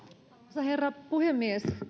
arvoisa herra puhemies